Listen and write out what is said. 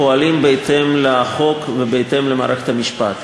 והקליטה פועלים בהתאם לחוק ובהתאם למערכת המשפט.